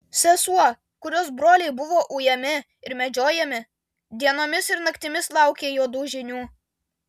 sesuo kurios broliai buvo ujami ir medžiojami dienomis ir naktimis laukė juodų žinių